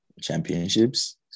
championships